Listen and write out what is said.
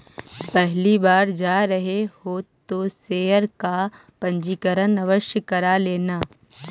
पहली बार जा रहे हो तो शेयर का पंजीकरण आवश्य करा लेना